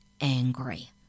angry